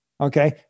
Okay